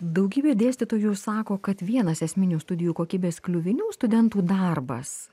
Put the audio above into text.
daugybė dėstytojų sako kad vienas esminių studijų kokybės kliuvinių studentų darbas